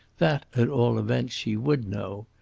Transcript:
that at all events she would know.